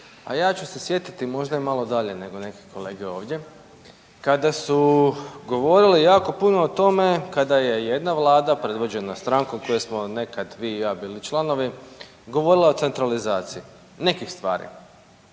ja ću se sjetiti možda i malo dalje nego neki kolege ovdje kada su govorili jako puno o tome kada je jedna Vlada predvođena strankom koje smo nekad i vi i ja bili članovi govorila o centralizaciji nekih stvari,